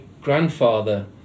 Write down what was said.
grandfather